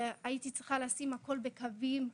הייתי צריכה לשים הכל בקווים,